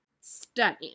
stunning